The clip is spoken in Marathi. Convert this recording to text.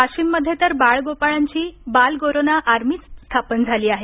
वाशिममध्ये तर बाळ गोपाळांची बाल कोरोना आर्मीच स्थापन झाली आहे